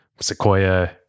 Sequoia